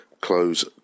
Close